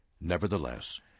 Nevertheless